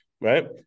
right